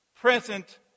present